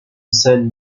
san